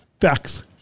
facts